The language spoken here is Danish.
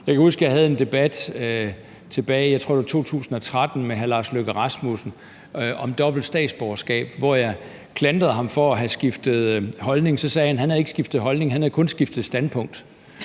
Jeg kan huske, at jeg havde en debat om dobbelt statsborgerskab med hr. Lars Løkke Rasmussen tilbage i, jeg tror det var 2013, hvor jeg klandrede ham for at have skiftet holdning, og så sagde han, at han ikke havde skiftet holdning, han havde kun skiftet standpunkt.